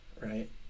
Right